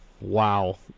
Wow